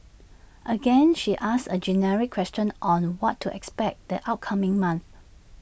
again she asks A generic question on what to expect the upcoming month